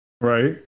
Right